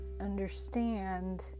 understand